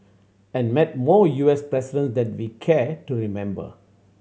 and met more U S presidents that we care to remember